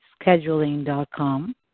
Scheduling.com